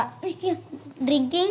drinking